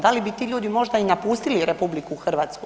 Da li bi ti ljudi možda i napustili RH?